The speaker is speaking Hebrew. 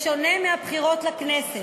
בשונה מיום הבחירות לכנסת.